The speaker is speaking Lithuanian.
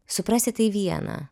suprasit tai viena